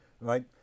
right